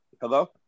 Hello